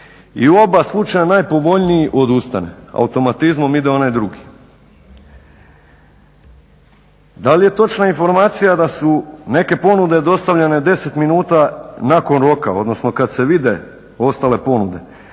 i u oba slučaja najpovoljniji odustane, automatizmom ide onaj drugi? Da li je točna informacija da su neke ponude dostavljene 10 minuta nakon roka odnosno kada se vide ostale ponude